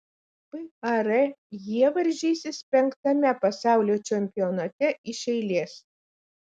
par jie varžysis penktame pasaulio čempionate iš eilės